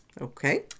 Okay